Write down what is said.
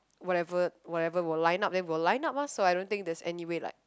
whatever whatever will line up then will line up lah so I don't think there's any way like